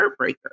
heartbreaker